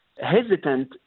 hesitant